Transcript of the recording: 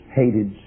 hated